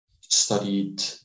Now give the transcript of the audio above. studied